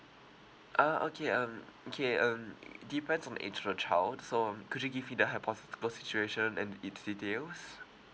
uh okay um okay um depends on age of the child so um could you give me the high possible situation and its details